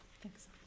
Thanks